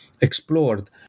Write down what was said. explored